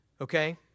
Okay